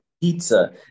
pizza